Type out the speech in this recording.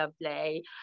lovely